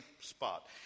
spot